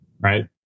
right